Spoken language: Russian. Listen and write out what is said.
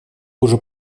уже